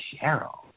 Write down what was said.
Cheryl